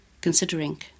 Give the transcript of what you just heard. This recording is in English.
considering